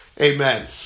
Amen